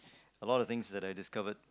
a lo of things that I discovered